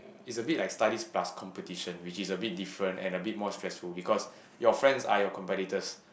is a big like studies plus competition which is a big different and a bit more stressful because your friends are your competitor